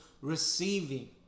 receiving